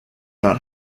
not